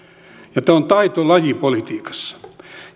tämä on taitolaji politiikassa